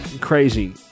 crazy